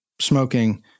smoking